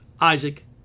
Isaac